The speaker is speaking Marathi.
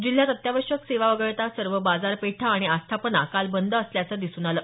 जिल्ह्यात अत्यावश्यक सेवा वगळता सर्व बाजारपेठा आणि आस्थापना काल बंद असल्याचं दिसून आलं